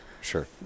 Sure